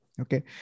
Okay